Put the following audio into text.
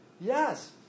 yes